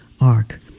ark